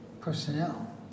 personnel